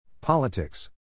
Politics